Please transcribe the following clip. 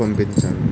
పంపించండి